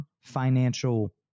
financial